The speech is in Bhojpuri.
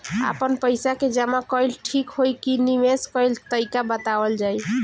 आपन पइसा के जमा कइल ठीक होई की निवेस कइल तइका बतावल जाई?